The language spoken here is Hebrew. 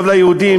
טוב ליהודים,